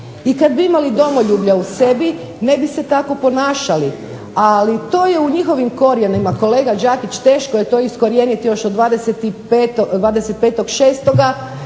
i kad bi imali domoljublja u sebi ne bi se tako ponašali. Ali, to je u njihovim korijenima. Kolega Đakić, teško je to iskorijeniti još od 25.06.,